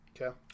Okay